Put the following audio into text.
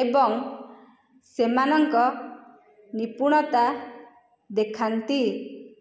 ଏବଂ ସେମାନଙ୍କ ନିପୁଣତା ଦେଖାନ୍ତି